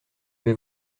vais